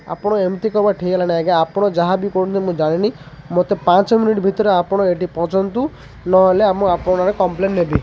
ଆପଣ ଏମିତି କବା ଠିକ୍ ହେଲା ନାଇଁ ଆଜ୍ଞା ଆପଣ ଯାହାବି କରୁନ୍ତି ମୁଁ ଜାଣିନି ମୋତେ ପାଞ୍ଚ ମିନିଟ୍ ଭିତରେ ଆପଣ ଏଠି ପଞ୍ଚନ୍ତୁ ନହେଲେ ଆ ମୁଁ ଆପଣଙ୍କ ନାଁରେ କମ୍ପ୍ଲେନ୍ ନେବି